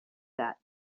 that